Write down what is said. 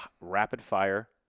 rapid-fire